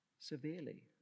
severely